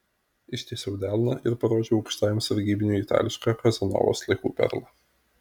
ištiesiau delną ir parodžiau aukštajam sargybiniui itališką kazanovos laikų perlą